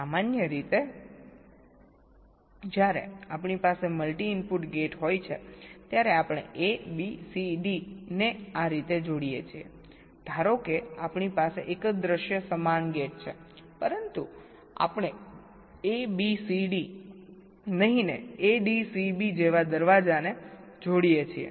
સામાન્ય રીતે જ્યારે આપણી પાસે મલ્ટી ઇનપુટ ગેટ હોય છે ત્યારે આપણે ABCD ને આ રીતે જોડીએ છીએ ધારો કે આપણી પાસે એક જ દૃશ્ય સમાન ગેટ છે પરંતુ આપણે ADCB જેવા ગેટ્સને જોડીએ છીએ